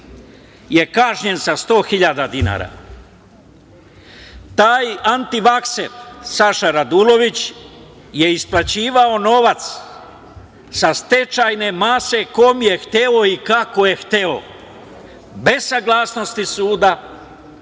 je kažnjen sa 100.000 dinara. Taj antivakser, Saša Radulović je isplaćivao novac sa stečajne mase, kome je hteo i kako je hteo, bez saglasnosti suda